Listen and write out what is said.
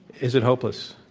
is it hopeless?